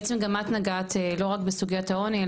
גם את נגעת לא רק בסוגיית העוני,